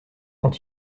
quand